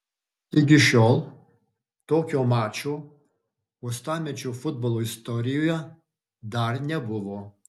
iki šiol tokio mačo uostamiesčio futbolo istorijoje dar nebuvo